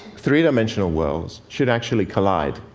three-dimensional worlds should actually collide?